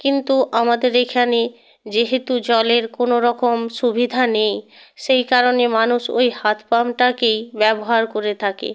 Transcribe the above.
কিন্তু আমাদের এখানে যেহেতু জলের কোনো রকম সুবিধা নেই সেই কারণে মানুষ ওই হাত পাম্পটাকেই ব্যবহার করে থাকে